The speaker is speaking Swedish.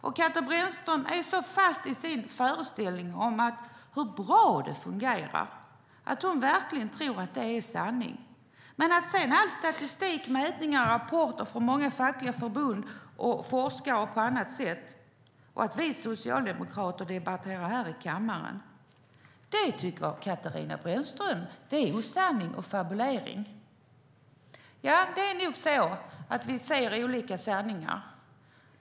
Katarina Brännström är så fast i sin föreställning om hur bra det fungerar att hon verkligen tror att det är sanning. All statistik, alla mätningar, alla rapporter från många fackliga förbund och forskare och att vi socialdemokrater debatterar här i kammaren tycker Katarina Brännström är osanning och fabulering. Ja, vi ser nog olika sanningar.